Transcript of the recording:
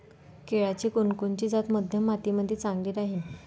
केळाची कोनची जात मध्यम मातीमंदी चांगली राहिन?